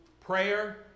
prayer